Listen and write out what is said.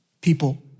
People